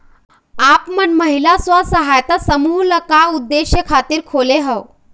आप मन महिला स्व सहायता समूह ल का उद्देश्य खातिर खोले हँव?